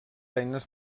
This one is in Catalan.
eines